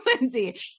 Lindsay